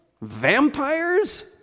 vampires